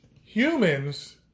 humans